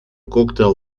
cocktail